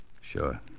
Sure